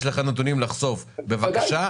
יש לך נתונים לחשוף בבקשה,